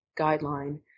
guideline